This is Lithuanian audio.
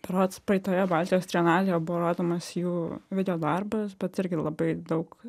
berods praeitoje baltijos trienalėje buvo rodomas jų videodarbas bet irgi labai daug